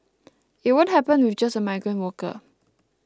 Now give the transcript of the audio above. it won't happen with just a migrant worker